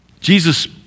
Jesus